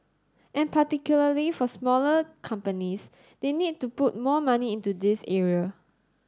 and particularly for smaller companies they need to put more money into this area